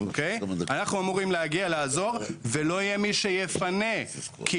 אנחנו אמורים להגיע לעזור ולא יהיה מי שיפנה כי